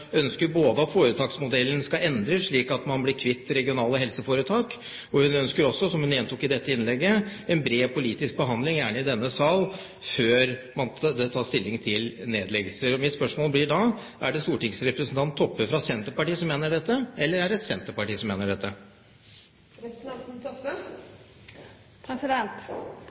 ønsker både at foretaksmodellen skal endres, slik at man blir kvitt regionale helseforetak, og – som hun gjentok i dette innlegget – en bred politisk behandling, gjerne i denne sal, før det tas stilling til nedleggelser. Mitt spørsmål blir da: Er det stortingsrepresentant Toppe fra Senterpartiet som mener dette, eller er det Senterpartiet som mener